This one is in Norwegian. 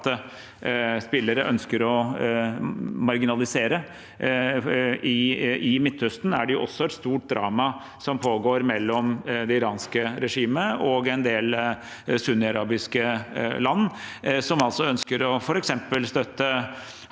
spillere ønsker å marginalisere. I Midtøsten er det et stort drama som pågår mellom det iranske regimet og en del sunniarabiske land, som f.eks. ønsker å støtte